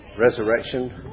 resurrection